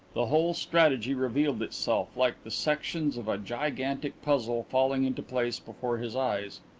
the whole strategy revealed itself, like the sections of a gigantic puzzle falling into place before his eyes.